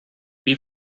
wie